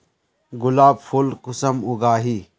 गुलाब फुल कुंसम उगाही?